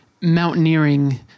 mountaineering